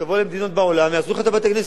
תבוא למדינות בעולם ויהרסו לך את בתי-הכנסיות,